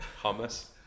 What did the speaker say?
hummus